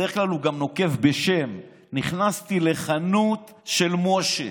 בדרך כלל הוא גם נוקב בשם: נכנסתי לחנות של משה.